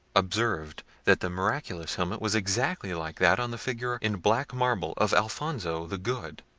observed that the miraculous helmet was exactly like that on the figure in black marble of alfonso the good,